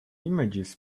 images